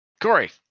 Corey